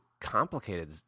complicated